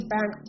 Bank